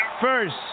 first